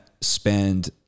spend